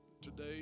today